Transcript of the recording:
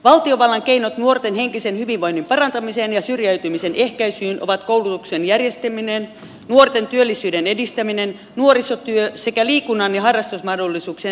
valtiovallan keinot nuorten henkisen hyvinvoinnin parantamiseen ja syrjäytymisen ehkäisyyn ovat koulutuksen järjestäminen nuorten työllisyyden edistäminen nuorisotyö sekä liikunnan ja harrastusmahdollisuuksien edistäminen